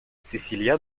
cecilia